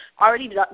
already